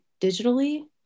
digitally